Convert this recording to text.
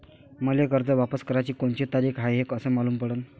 मले कर्ज वापस कराची कोनची तारीख हाय हे कस मालूम पडनं?